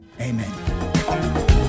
Amen